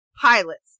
pilots